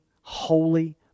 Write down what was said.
holy